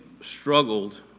struggled